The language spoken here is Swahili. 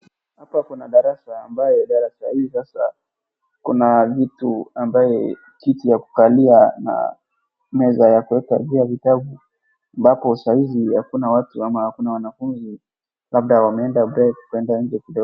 Hapo kuna darasa ambaye darasa hii sasa kuna vitu ambaye kiti ya kukalia na meza ya kuweka vitabu. Ambapo saa hizi hakuna watu ama hakuna wanafunzi labda wameenda break kwenda nje kidogo.